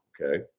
okay